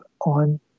on